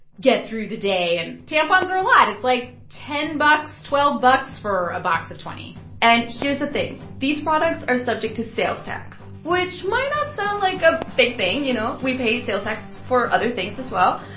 get through the day. and tampons are a lot. it's, like, ten bucks, twelve bucks for a box of twenty point and here's the thing. these products are subject to sales tax, which might not sound like a big thing. you know, we pay sales tax for other things as well.